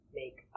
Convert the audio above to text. make